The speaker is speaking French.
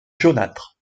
jaunâtre